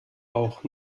auch